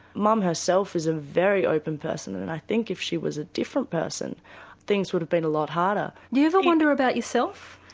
mum herself is a very open person and i think if she was a different person things would have been a lot harder. do you ever wonder about yourself?